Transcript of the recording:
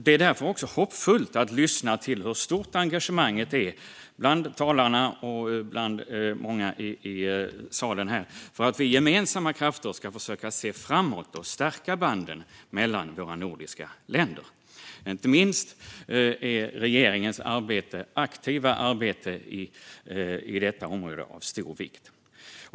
Det är därför hoppfullt att lyssna till hur stort engagemanget är bland talarna och många här i salen för att vi med gemensamma krafter ska försöka se framåt och stärka banden mellan våra nordiska länder. Inte minst är regeringens aktiva arbete på detta område av stor vikt.